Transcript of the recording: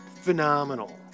phenomenal